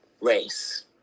race